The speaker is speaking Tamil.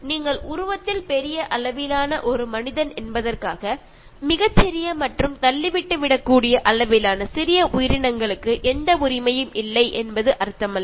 நீங்கள் உருவத்தில் பெரிய அளவிலான ஒரு மனிதன் என்பதற்காக மிகச்சிறிய மற்றும் தள்ளிவிட்டு விடக்கூடிய அளவிலான சிறிய உயிரினங்களுக்கு எந்த உரிமையும் இல்லை என்று அர்த்தமல்ல